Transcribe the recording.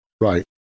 Right